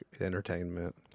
entertainment